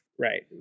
right